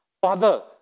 Father